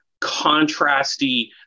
contrasty